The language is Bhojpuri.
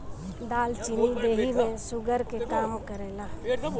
दालचीनी देहि में शुगर के कम करेला